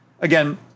again